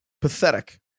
Pathetic